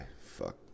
fuck